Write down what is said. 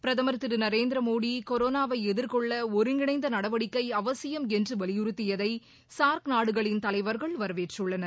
பிரதமர் திரு நரேந்திரமோடி கொரோனாவை எதிர்கொள்ள ஒருங்கிணைந்த நடவடிக்கை அவசியம் என்று வலியுறுத்தியதை சார்க் நாடுகளின் தலைவர்கள்வரவேற்றுள்ளனர்